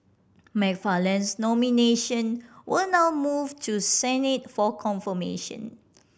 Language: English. McFarland's nomination will now move to Senate for confirmation